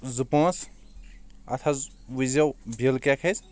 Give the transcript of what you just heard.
زٕ پانژھ اتھ حظ وچھ زٮ۪و بل کیٛاہ کھژِ